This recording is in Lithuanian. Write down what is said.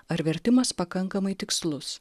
ar vertimas pakankamai tikslus